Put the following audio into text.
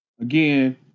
again